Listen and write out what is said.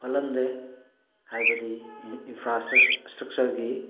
ꯐꯠꯂꯝꯗꯦ ꯍꯥꯏꯕꯗꯤ ꯏꯟꯐ꯭ꯔꯥ ꯁꯇ꯭ꯔꯛꯆ꯭ꯔꯒꯤ